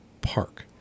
park